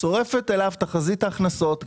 מצורפת אליו תחזית ההכנסות,